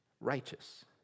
righteous